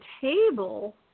table